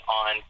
on